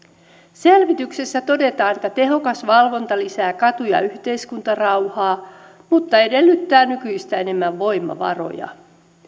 selvityksessä todetaan että tehokas valvonta lisää katu ja yhteiskuntarauhaa mutta edellyttää nykyistä enemmän voimavaroja